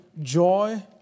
joy